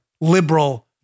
liberal